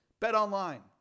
BetOnline